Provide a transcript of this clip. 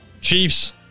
Chiefs